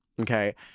okay